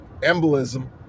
embolism